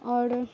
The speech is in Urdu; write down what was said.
اور